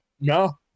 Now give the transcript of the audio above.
No